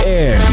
air